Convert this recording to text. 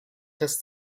reste